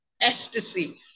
ecstasy